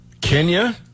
Kenya